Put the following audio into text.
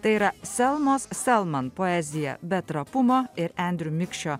tai yra selmos selman poezija be trapumo ir andrew mikšio